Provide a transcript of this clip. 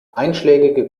einschlägige